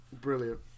Brilliant